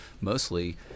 mostly